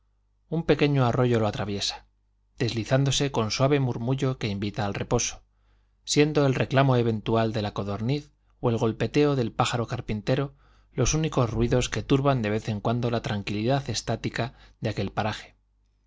un pequeño arroyo lo atraviesa deslizándose con suave murmullo que invita al reposo siendo el reclamo eventual de la codorniz o el golpeteo del pájaro carpintero los únicos ruidos que turban de vez en cuando la tranquilidad estática de aquel paraje